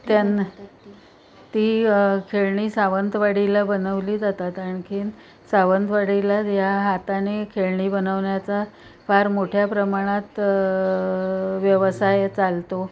त्यांनंतर ती खेळणी सावंतवाडीला बनवली जातात आणखीन सावंतवाडीला या हाताने खेळणी बनवण्याचा फार मोठ्या प्रमाणात व्यवसाय चालतो